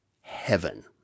Heaven